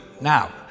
Now